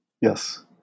Yes